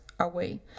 away